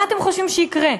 מה אתם חושבים שיקרה?